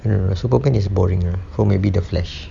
err superman is boring lah or maybe the flash